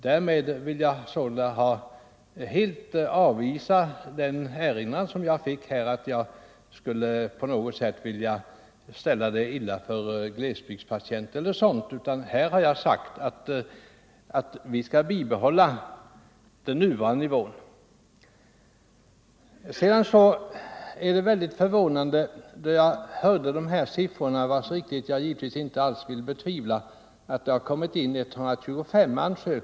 Därmed vill jag helt avvisa den erinran som jag fick om att.jag på något sätt skulle önska försämra förhållandena för glesbygdspatienter. Statsrådet sade att av 125 inkomna ansökningar om dispens har 78 beviljats. Jag blev väldigt förvånad då jag hörde de siffrorna, vilkas riktighet jag givetvis inte betvivlar.